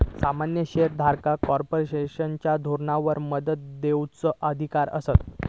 सामान्य शेयर धारकांका कॉर्पोरेशनच्या धोरणांवर मत देवचो अधिकार असता